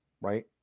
right